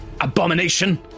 abomination